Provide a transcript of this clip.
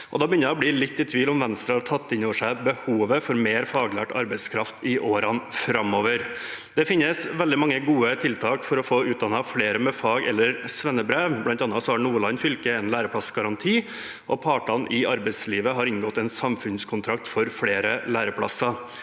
å bli litt i tvil om Venstre har tatt inn over seg behovet for mer faglært arbeidskraft i årene framover. Det finnes veldig mange gode tiltak for å få utdannet flere med fag- eller svennebrev. Blant annet har Nordland fylke en læreplassgaranti, og partene i arbeidslivet har inngått en samfunnskontrakt for flere læreplasser.